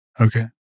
Okay